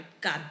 God